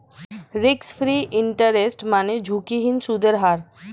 risk free interest মানে ঝুঁকিহীন সুদের হার